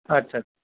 ଆଚ୍ଛା